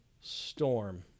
storm